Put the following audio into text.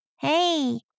Hey